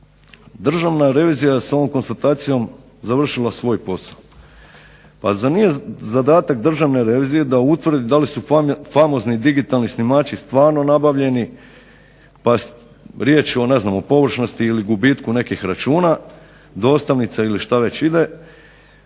Državna revizija sa ovom konstatacijom završila svoj posao. Pa zar nije zadatak Državne revizije da utvrdi da li su famozni digitalni snimači stvarno nabavljeni, pa riječ je o ne znam površnosti ili gubitku nekih računa, dostavnica ili šta već ide